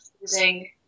using